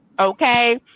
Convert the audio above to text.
Okay